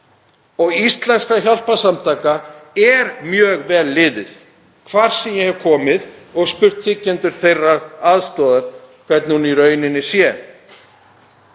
og íslenskra hjálparsamtaka er mjög vel liðið hvar sem ég hef komið og ég hef spurt þiggjendur þeirrar aðstoðar hvernig hún sé í rauninni.